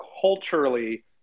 culturally